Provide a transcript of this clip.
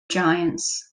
giants